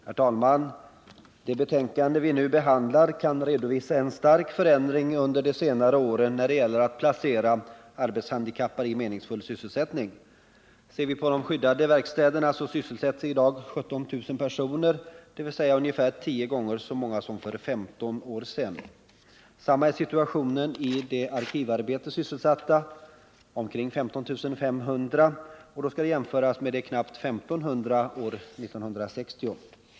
Herr talman! Det betänkande vi nu behandlar kan redovisa en stark förändring under de senare åren när det gäller att placera arbetshandikappade i meningsfull sysselsättning. Ser vi på de skyddade verkstäderna sysselsätts i dag 17 000 personer, dvs. ungefär tio gånger så många som för 15 år sedan. Samma är situationen för de i arkivarbete sysselsatta — omkring 15 500 — och det skall då jämföras med de knappt 1 500 år 1960.